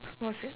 what's yo~